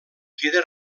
queda